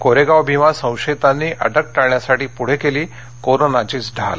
कोरेगाव भीमा संशयितांनी अटक टाळण्यासाठी पढे केली कोरोनाचीच ढाल